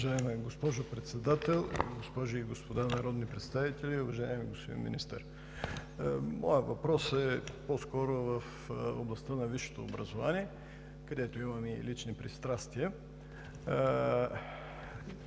Уважаема госпожо Председател, госпожи и господа народни представители, уважаеми господин Министър! Моят въпрос е по-скоро в областта на висшето образование, където имаме и лични пристрастия.